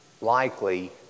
likely